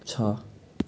छ